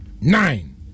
nine